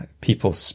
people